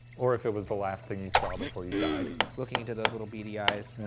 or if it was the last thing you saw before you died. looking into those little beady eyes.